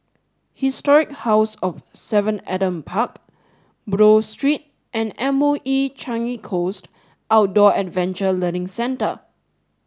Historic House of Seven Adam Park Buroh Street and M O E Changi Coast Outdoor Adventure Learning Centre